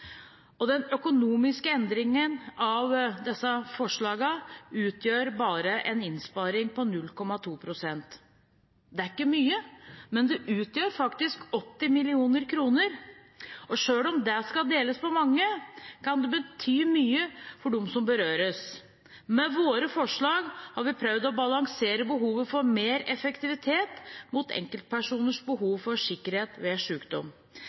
og at den økonomiske endringen av disse forslagene utgjør en innsparing på bare 0,2 pst. Det er ikke mye, men det utgjør faktisk 80 mill. kr. Selv om det skal deles på mange, kan det bety mye for dem som berøres. Med våre forslag har vi prøvd å balansere behovet for mer effektivitet mot enkeltpersoners behov for sikkerhet ved